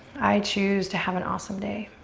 i choose to have an awesome day.